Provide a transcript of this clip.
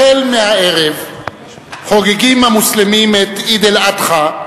החל מהערב חוגגים המוסלמים את עיד אל-אדחא,